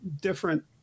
different